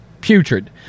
Putrid